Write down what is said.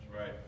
right